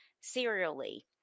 serially